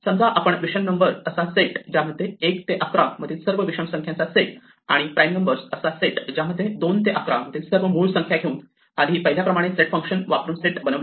समजा आपण विषम नंबर असा सेट ज्यामध्ये 1 ते 11 मधील सर्व विषम संख्यांचा सेट आणि प्राईम नंबर्स असा सेट ज्यामध्ये 2 ते 11 मधील सर्व मूळ संख्या घेऊन आधी पाहिल्याप्रमाणे सेट फंक्शन वापरून सेट बनवला